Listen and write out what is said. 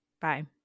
Bye